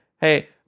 hey